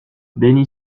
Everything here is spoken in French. bénie